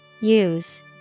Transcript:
Use